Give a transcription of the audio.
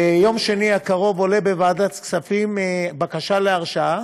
ביום שני הקרוב עולה בוועדת הכספים בקשת הרשאה